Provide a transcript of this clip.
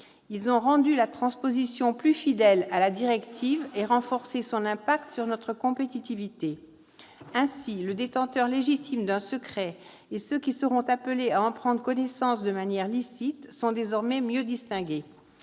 Ils ont rendu la transposition plus fidèle à la directive et ont renforcé son impact sur notre compétitivité. Ainsi, le détenteur légitime d'un secret et ceux qui seront appelés à en prendre connaissance de manière licite seront désormais mieux distingués.